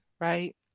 right